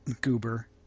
Goober